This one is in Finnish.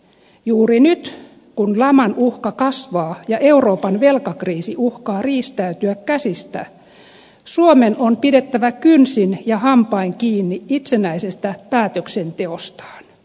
juuri nyt kun laman uhka kasvaa ja euroopan velkakriisi uhkaa riistäytyä käsistä suomen on pidettävä kynsin ja hampain kiinni itsenäisestä päätöksenteostaan